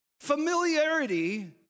Familiarity